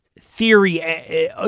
theory